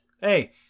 hey